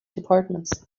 departments